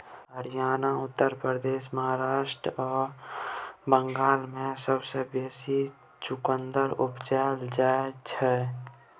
हरियाणा, उत्तर प्रदेश, महाराष्ट्र आ बंगाल मे सबसँ बेसी चुकंदर उपजाएल जाइ छै